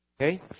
Okay